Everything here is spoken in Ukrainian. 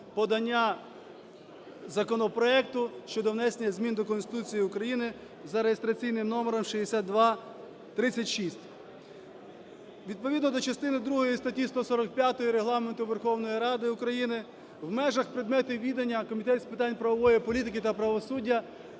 подання законопроекту щодо внесення змін до Конституції України за реєстраційним номером 6236. Відповідно до частини другої статті 145 Регламенту Верховної Ради України в межах предмету відання Комітет з питань правової політики та правосуддя